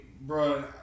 bro